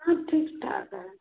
सब ठीक ठाक है